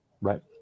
Right